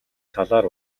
талаар